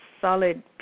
solid